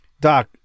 doc